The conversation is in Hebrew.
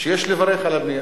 שיש לברך על הבנייה.